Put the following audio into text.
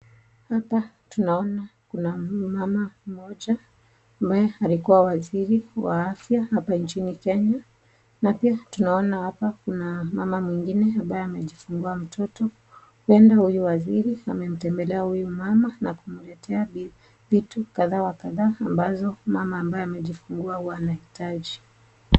Hapa tunaona kuna huyu mama mmoja ambaye alikuwa Waziri wa Afya hapa nchini Kenya. Hapa tunaona hapa kuna mama mwingine ambaye amejifungua mtoto. Huenda huyu waziri amemtembelea huyu mama na kumletea vitu kadha wa kadha ambazo mama ambaye amejifungua huwa anahitaji.